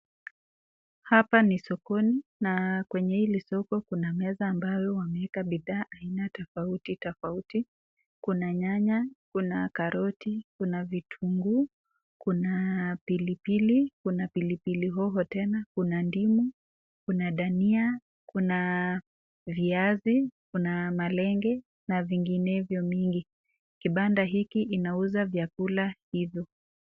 Hapa ni sokoni na kwenye hili soko kuna meza ambayo wameweka bidhaa aina tofauti tofauti. Kuna nyanya ,kuna karoti, kuna vitunguu, kuna pilipili, kuna pilipili hoho tena kuna ndimu, kuna dania ,kuna viazi, kuna malenge na vinginevyo mingi. Kibanda hiki inauza vyakula hivyo.